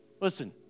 Listen